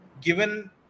given